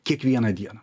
kiekvieną dieną